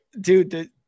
dude